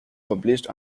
published